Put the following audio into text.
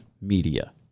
media